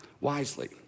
wisely